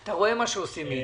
אתה רואה מה שעושים מאיתנו.